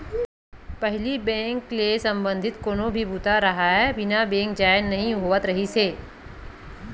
पहिली बेंक ले संबंधित कोनो भी बूता राहय बिना बेंक जाए नइ होवत रिहिस हे